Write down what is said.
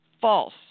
false